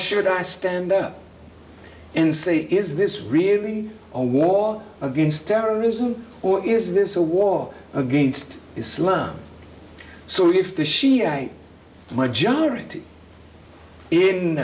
should i stand up and say is this really a war against terrorism or is this a war against islam so if the shiite majority in